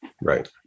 Right